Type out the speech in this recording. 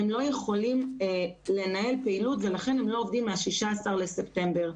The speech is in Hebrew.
הם לא יכולים לנהל פעילות ולכן הם לא עובדים מתאריך 16 בספטמבר.